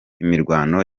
imirwano